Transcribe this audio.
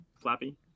Flappy